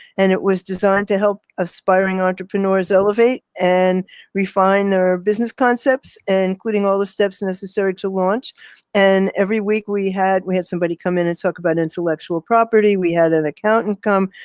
and it was designed to help aspiring entrepreneurs elevate and refine their business concepts, including all the steps necessary to launch and every week we had we had somebody come in and talk about intellectual property, we had an accountant come,